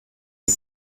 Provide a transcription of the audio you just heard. die